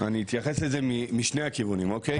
אני אתייחס לזה משני הכיוונים, אוקי?